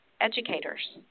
educators